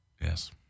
Yes